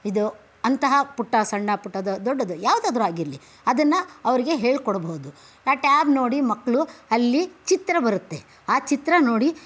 ಇದು ಅಂತಹ ಪುಟ್ಟ ಸಣ್ಣ ಪುಟದ ದೊಡ್ಡದು ಯಾವುದಾದ್ರು ಆಗಿರಲಿ ಅದನ್ನು ಅವರಿಗೆ ಹೇಳಿಕೊಡ್ಬಹುದು ಆ ಟ್ಯಾಬ್ ನೋಡಿ ಮಕ್ಕಳು ಅಲ್ಲಿ ಚಿತ್ರ ಬರುತ್ತೆ ಆ ಚಿತ್ರ ನೋಡಿ